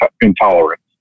intolerance